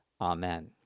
Amen